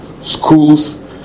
schools